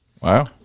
Wow